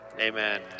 Amen